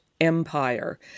empire